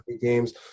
games